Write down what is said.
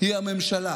היא הממשלה,